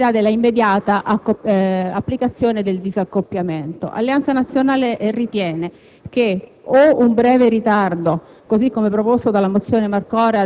relazione all'eventualità dell'immediata applicazione del disaccoppiamento. Alleanza Nazionale ritiene che, o un breve ritardo